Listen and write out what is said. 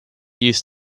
used